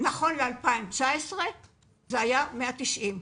נכון ל-2019 זה היה 190,000,